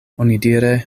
onidire